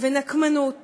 ונקמנות